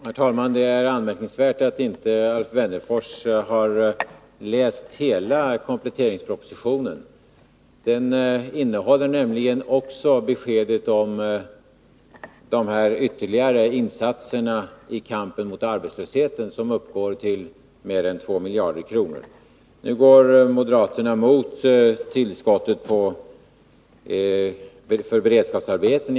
Herr talman! Det är anmärkningsvärt att Alf Wennerfors inte i dess helhet har läst kompletteringspropositionen. Den innehåller nämligen också beskedet om ytterligare insatser i kampen mot arbetslösheten vilka uppgår till mer än 2 miljarder kronor. Nu går moderaterna emot tillskottet för beredskapsarbeten.